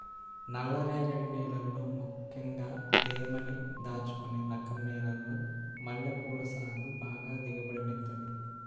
నల్లరేగడి నేలల్లో ముక్కెంగా తేమని దాచుకునే రకం నేలల్లో మల్లెపూల సాగు బాగా దిగుబడినిత్తది